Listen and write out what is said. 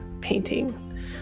painting